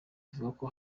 ivuga